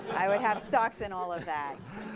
i would have stocks in all of that.